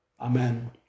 amen